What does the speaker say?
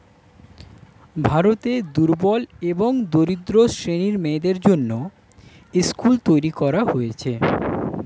ভারতে দুর্বল এবং দরিদ্র শ্রেণীর মেয়েদের জন্যে স্কুল তৈরী করা হয়েছে